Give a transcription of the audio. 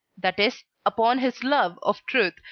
that is, upon his love of truth,